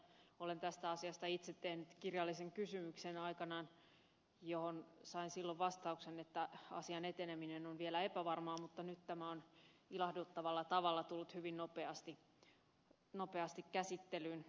olen tästä asiasta itse tehnyt aikanaan kirjallisen kysymyksen johon sain silloin vastauksen että asian eteneminen on vielä epävarmaa mutta nyt tämä on ilahduttavalla tavalla tullut hyvin nopeasti käsittelyyn